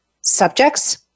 subjects